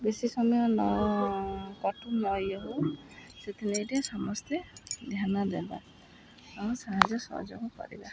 ବେଶୀ ସମୟ ନ କଟୁ ନ ଇଏ ହଉ ସେଥିପାଇଁ ଟିକେ ସମସ୍ତେ ଧ୍ୟାନ ଦେବା ଆଉ ସାହାଯ୍ୟ ସହଯୋଗ କରିବା